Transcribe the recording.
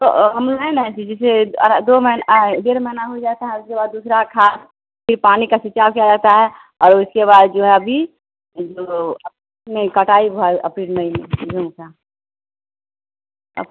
तो हम हैं न कि जैसे अर दो महीने डेढ़ महीना हो जाता है उसके बाद दूसरा खाद फिर पानी का सिंचाव किया जाता है और उसके बाद जो है अभी जो नहीं कटाई भा अप्रैल मई में जून का तौ